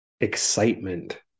excitement